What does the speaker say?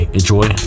enjoy